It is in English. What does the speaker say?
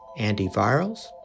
antivirals